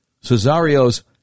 Cesario's